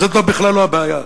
זאת בכלל לא הבעיה.